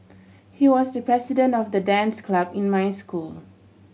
he was the president of the dance club in my school